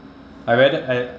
I rather I